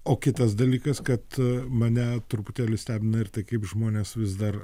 o kitas dalykas kad mane truputėlį stebina ir tai kaip žmonės vis dar